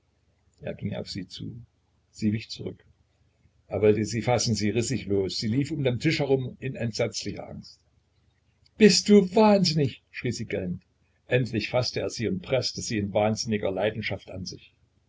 er ging auf sie zu sie wich zurück er wollte sie fassen sie riß sich los sie lief um den tisch herum in entsetzlicher angst bist du wahnsinnig schrie sie gellend endlich faßte er sie und preßte sie in wahnsinniger leidenschaft an sich